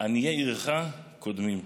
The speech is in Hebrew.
עניי עירך קודמים.